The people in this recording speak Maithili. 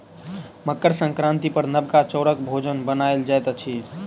मकर संक्रांति पर नबका चौरक भोजन बनायल जाइत अछि